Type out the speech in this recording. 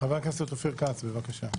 חבר הכנסת אופיר כץ, בבקשה.